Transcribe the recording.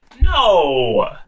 No